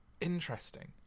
interesting